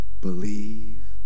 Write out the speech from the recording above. believe